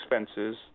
expenses